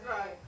right